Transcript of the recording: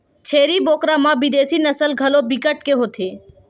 छेरी बोकरा म बिदेसी नसल घलो बिकट के होथे